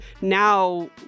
now